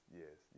yes